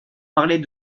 parler